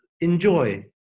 enjoy